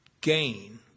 gain